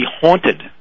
haunted